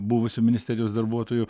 buvusių ministerijos darbuotojų